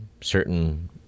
certain